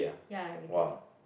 ya really